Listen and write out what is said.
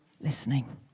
listening